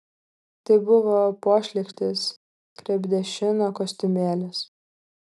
tai buvo pošlykštis krepdešino kostiumėlis